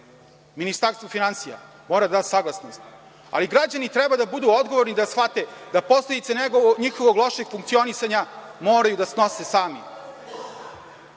zaduženja. Ministarstvo finansija mora da da saglasnost, ali građani treba da budu odgovorni i da shvate da posledice njihovog lošeg funkcionisanja moraju da snose sami.